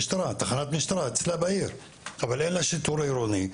תחנת משטרה אבל אין לה שיטור עירוני,